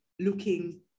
looking